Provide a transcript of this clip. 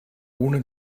ohne